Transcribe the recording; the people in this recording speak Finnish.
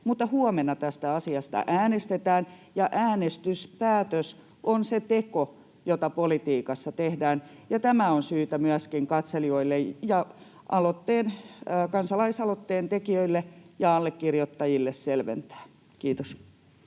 huomenna tästä asiasta äänestetään, ja äänestyspäätös on se teko, joka politiikassa tehdään. Tämä on syytä myöskin katselijoille ja kansalaisaloitteen tekijöille ja allekirjoittajille selventää. — Kiitos.